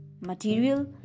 material